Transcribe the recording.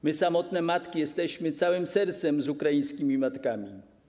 My, samotne matki, jesteśmy całym sercem z ukraińskimi matkami.